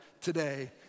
today